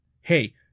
Hey